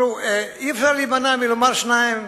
אי-אפשר להימנע מלומר שניים,